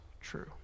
true